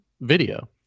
video